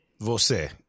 Você